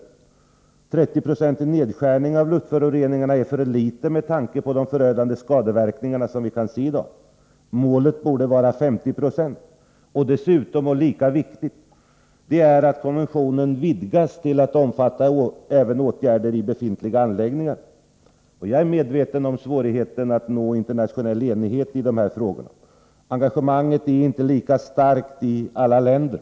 En 30-procentig nedskärning av luftföroreningarna är för litet med tanke på de förödande skadeverkningar som vi kan se i dag. Målet bör vara 50 90. Lika viktigt är att konventionen vidgas till att omfatta även åtgärder i befintliga anläggningar. Jag är medveten om svårigheten att nå internationell enighet i dessa frågor. Engagemanget är inte lika starkt i alla länder.